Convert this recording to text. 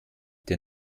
der